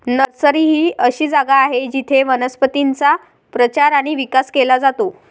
nursery ही अशी जागा आहे जिथे वनस्पतींचा प्रचार आणि विकास केला जातो